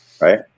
Right